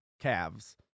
Calves